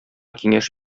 киңәш